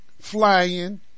flying